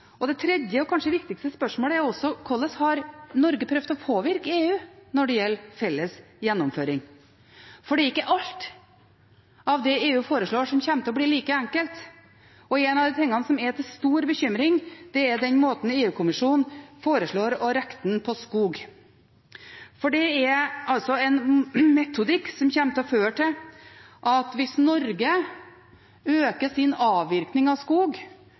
EØS. Det tredje – og kanskje viktigste – spørsmålet er: Hvordan har Norge prøvd å påvirke EU når det gjelder felles gjennomføring? Det er nemlig ikke alt i det EU foreslår, som kommer til å bli like enkelt. En av de tingene som er til stor bekymring, er den måten EU-kommisjonen foreslår å regne på når det gjelder skog. Det er en metodikk som kommer til å føre til – hvis Norge øker sin avvirkning av skog